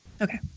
Okay